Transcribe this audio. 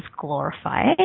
glorified